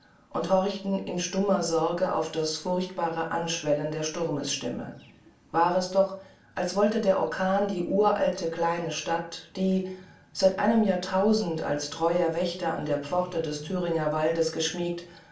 und horchten in stummer sorge auf das furchtbare anschwellen der sturmesstimme war es doch als wolle der orkan die uralte kleine stadt die seit einem jahrtausend als treuer wächter an die pforte des thüringerwaldes geschmiegt